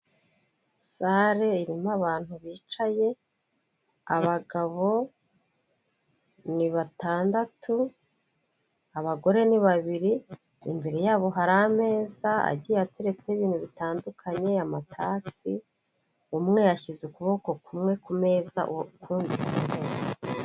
Sale irimo abantu bicaye abagabo ni batandatu, abagore ni babiri, imbere yabo hari ameza agiye ateretseho ibintu bitandukanye amatasi, umwe yashyize ukuboko kumwe ku meza ukundi kurahinnye..